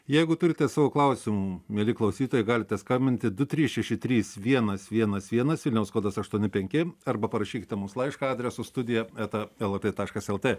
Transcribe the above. jeigu turite savo klausim mieli klausytojai galite skambinti du trys šeši trys vienas vienas vienas vilniaus kodas aštuoni penki arba parašykite mums laišką adresu studija eta lrt taškas lt